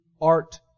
art